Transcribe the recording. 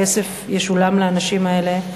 הרי כסף ישולם לאנשים האלה,